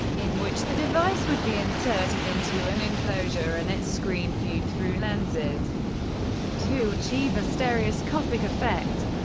in which the device would be inserted into an enclosure, and its screen viewed through lenses to achieve a stereoscopic effect.